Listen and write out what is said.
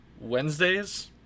Wednesdays